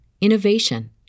innovation